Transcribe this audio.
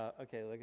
ah okay. like